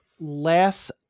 less